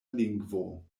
lingvo